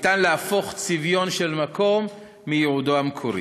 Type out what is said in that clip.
ניתן להפוך צביון של מקום מייעודו המקורי.